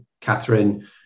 catherine